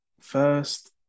first